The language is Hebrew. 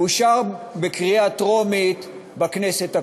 ואושר בקריאה טרומית בכנסת הקודמת.